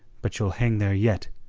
but you'll hang there yet,